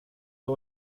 der